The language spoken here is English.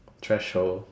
threshold